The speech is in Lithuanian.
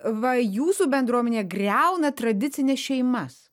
va jūsų bendruomenė griauna tradicines šeimas